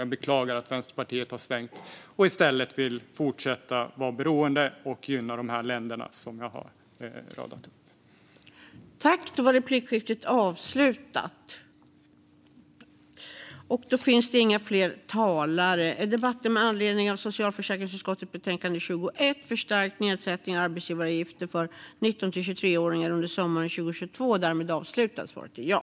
Jag beklagar att Vänsterpartiet har svängt och i stället vill fortsätta att vara beroende av och gynna de länder som jag har radat upp.